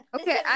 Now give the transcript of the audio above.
Okay